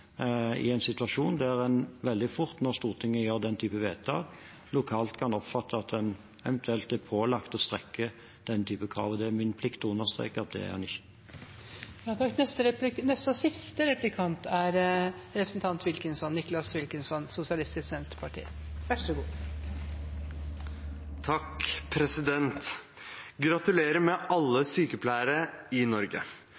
i en situasjon der en veldig fort, når Stortinget gjør den typen vedtak, lokalt kan oppfatte at en eventuelt er pålagt å strekke den typen krav. Det er min plikt å understreke at det er